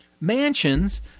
mansions